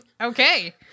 okay